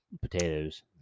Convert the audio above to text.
potatoes